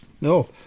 No